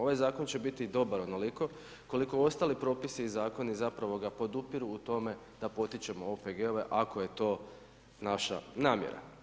Ovaj zakon će biti dobar onoliko koliko ostali propisi i zakoni zapravo ga podupiru u tome da potičemo OPG-ove ako je to naša namjera.